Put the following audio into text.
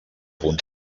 punt